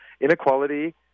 Inequality